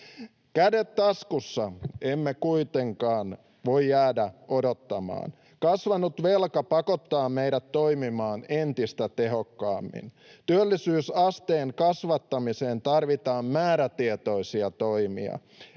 Kädet taskussa emme kuitenkaan voi jäädä odottamaan. Kasvanut velka pakottaa meidät toimimaan entistä tehokkaammin. Työllisyysasteen kasvattamiseen tarvitaan määrätietoisia toimia.